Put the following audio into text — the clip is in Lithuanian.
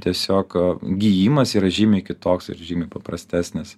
tiesiog gijimas yra žymiai kitoks ir žymiai paprastesnis